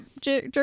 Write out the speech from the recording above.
jerk